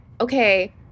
okay